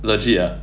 legit ah